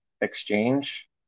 exchange